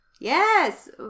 Yes